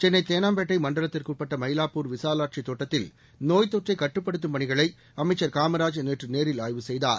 சென்னை தேனாம்பேட்டை மண்டலத்திற்கு உட்பட்ட மயிலாப்பூர் விசாலாட்சி தோட்டத்தில் நோய்த் தொற்றை கட்டுப்படுத்தும் பணிகளை அமைச்சர் காமராஜ் நேற்று நேரில் ஆய்வு செய்தார்